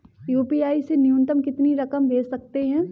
UPI से न्यूनतम कितनी रकम भेज सकते हैं?